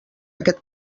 aquest